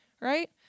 right